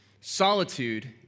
Solitude